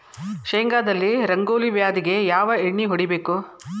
ಶೇಂಗಾದಲ್ಲಿ ರಂಗೋಲಿ ವ್ಯಾಧಿಗೆ ಯಾವ ಎಣ್ಣಿ ಹೊಡಿಬೇಕು?